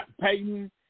Peyton